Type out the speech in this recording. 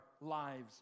lives